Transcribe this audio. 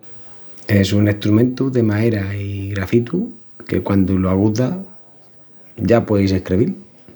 Es un estrumentu de maera i grafitu que quandu lo aguzas ya pueis escrevil.